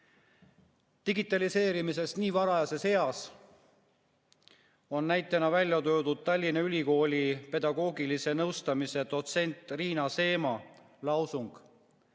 Digitaliseerimise kohta nii varajases eas on näitena välja toodud Tallinna Ülikooli pedagoogilise nõustamise dotsendi Riin Seema lausung: